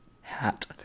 hat